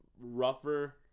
rougher